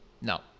No